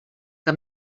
que